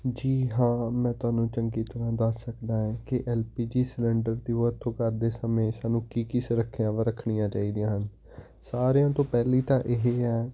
ਜੀ ਹਾਂ ਮੈਂ ਤੁਹਾਨੂੰ ਚੰਗੀ ਤਰ੍ਹਾਂ ਦੱਸ ਸਕਦਾ ਹੈ ਕਿ ਐਲ ਪੀ ਜੀ ਸਿਲਿੰਡਰ ਦੀ ਵਰਤੋਂ ਕਰਦੇ ਸਮੇਂ ਸਾਨੂੰ ਕੀ ਕੀ ਸੁਰੱਖਿਆਵਾਂ ਰੱਖਣੀਆਂ ਚਾਹੀਦੀਆਂ ਹਨ ਸਾਰਿਆਂ ਤੋਂ ਪਹਿਲੀ ਤਾਂ ਇਹ ਹੈ